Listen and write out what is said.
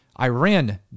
Iran